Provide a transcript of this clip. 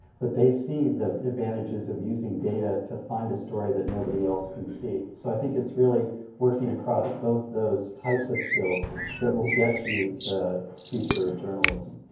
but they see the advantages of using data to find a story that nobody else can see. so i think it's really working across both those types of skills that will get you the future of journalism.